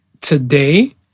today